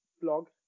blog